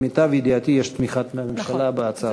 למיטב ידיעתי יש תמיכת הממשלה בהצעת החוק.